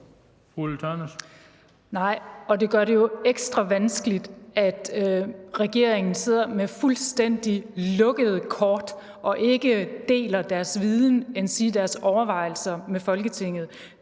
Nej, og det gør det jo ekstra vanskeligt, at regeringen sidder med fuldstændig lukkede kort og ikke deler deres viden endsige deres overvejelser med Folketinget,